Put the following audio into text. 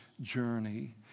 journey